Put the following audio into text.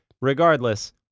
regardless